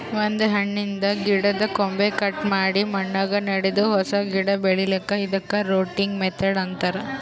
ಒಂದ್ ಹಣ್ಣಿನ್ದ್ ಗಿಡದ್ದ್ ಕೊಂಬೆ ಕಟ್ ಮಾಡಿ ಮಣ್ಣಾಗ ನೆಡದು ಹೊಸ ಗಿಡ ಬೆಳಿಲಿಕ್ಕ್ ಇದಕ್ಕ್ ರೂಟಿಂಗ್ ಮೆಥಡ್ ಅಂತಾರ್